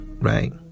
right